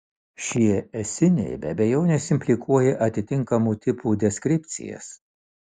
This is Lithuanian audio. šie esiniai be abejonės implikuoja atitinkamų tipų deskripcijas